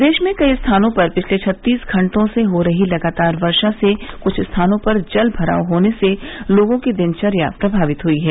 प्रदेश में कई स्थानों पर पिछले छत्तीस घंटो से हो रही लगातार वर्षा से कुछ स्थानों पर जलभराव होने से लोगों की दिनचर्या प्रमावित हुई है